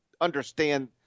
understand